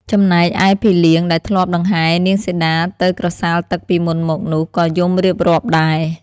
ចំណែកឯភីលៀងដែលធ្លាប់ដង្ហែរនាងសីតាទៅក្រសាលទឹកពីមុនមកនោះក៏យំរៀបរាប់ដែរ។